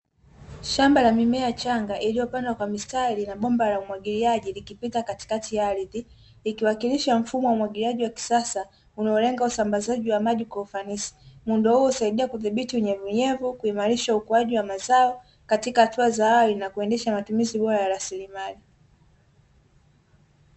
Shamba la mimea changa iliyopandwa kwa mistari na bomba la umwagiliaji likipita katikati ya ardhi, ikiwakilisha mfumo wa umwagiliaji wa kisasa unaolenga usambazaji wa maji kwa ufanisi. Muundo huo husaidia kudhibiti unyevuunyevu, kuimarisha ukuaji wa mazao katika hatua za awali na kuendesha matumizi bora ya rasilimali.